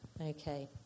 Okay